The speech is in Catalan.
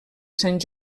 sant